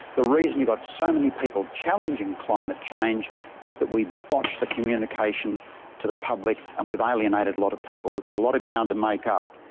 the reason you've got so many people challenging climate change is that we botched the communication to the public and we've alienated a lot of people. we've got a lot of ground to make up.